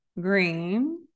green